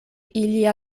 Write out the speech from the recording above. ilia